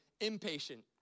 impatient